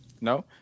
no